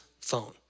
phone